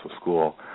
school